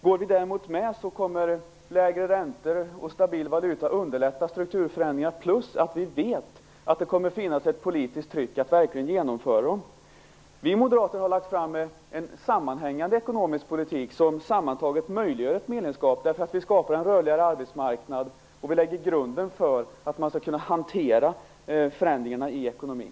Går vi däremot med kommer lägre räntor och stabil valuta att underlätta strukturförändringarna plus att vi vet att det kommer att finnas ett politiskt tryck att verkligen genomföra dem. Vi moderater har presenterat en sammanhängande ekonomisk politik som sammantaget möjliggör ett medlemskap, därför att vi skapar rörligare arbetsmarknad och lägger grunden för hur man skall kunna hantera förändringarna i ekonomin.